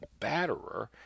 batterer